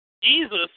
Jesus